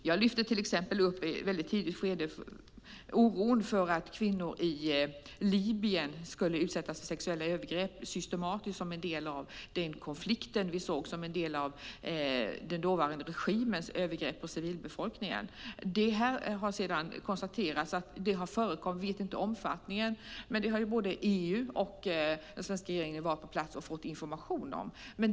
Jag uttryckte i ett tidigt skede oro för att kvinnor i Libyen systematiskt skulle utsättas för sexuella övergrepp som en del av den konflikt vi såg och som en del av den dåvarande regimens övergrepp på civilbefolkningen. Det har konstaterats att det har förekommit. Vi vet inte omfattningen av det. Både EU och den svenska regeringen har varit på plats och fått information om det.